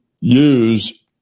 use